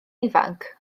ifanc